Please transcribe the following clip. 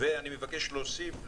ולכן אני רוצה לשאול,